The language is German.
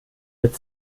mit